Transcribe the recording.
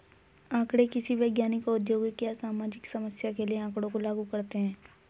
आंकड़े किसी वैज्ञानिक, औद्योगिक या सामाजिक समस्या के लिए आँकड़ों को लागू करते है